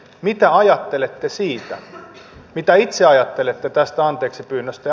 mitä ajattelette siitä mitä itse ajattelette tästä anteeksipyynnöstä